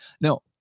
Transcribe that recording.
Now